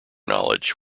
knowledge